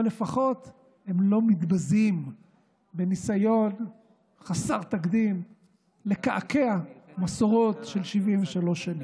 אבל לפחות הם לא מתבזים בניסיון חסר תקדים לקעקע מסורות של 73 שנים.